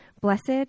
Blessed